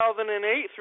2008